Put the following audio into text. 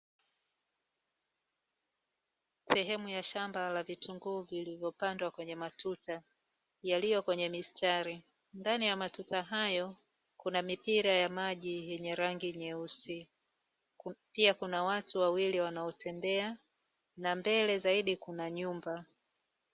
Sehemu ya shamba la vitunguu vilivyopandwa kwenye matuta yaliyo kwenye mistari. Ndani ya matuta hayo kuna mipira ya maji yenye rangi nyeusi. Pia kuna watu wawili wanaotembea na mbele zaidi kuna nyumba.